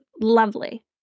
lovely